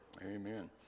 Amen